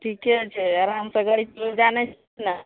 ठीके छै आरामसँ गाड़ी चलबय जानय छियै ने